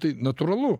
tai natūralu